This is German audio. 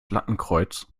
lattenkreuz